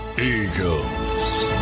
Eagles